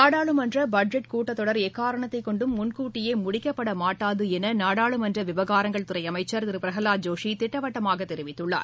நாடாளுமன்ற பட்ஜெட் கூட்டத்தொடர் எக்காரணத்தை கொண்டும் முன்கூட்டியே முடிக்கப்பட மாட்டாது என நாடாளுமன்ற விவகாரங்கள் துறை அமைச்சர் திரு பிரஹலாத் ஜோஷி திட்டவட்டமாக தெரிவித்துள்ளார்